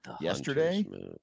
yesterday